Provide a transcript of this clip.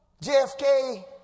JFK